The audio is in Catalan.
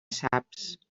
saps